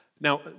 Now